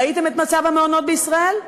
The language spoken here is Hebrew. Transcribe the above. ראיתם את מצב המעונות בישראל?